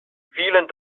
vielen